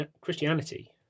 Christianity